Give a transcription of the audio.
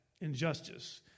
injustice